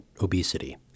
obesity